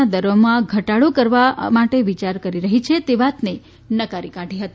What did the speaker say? ના દરોમાં ઘટાડો કરવા માટે વિચાર કરી રહી છે તે વાતને નકારી કાઢી હતી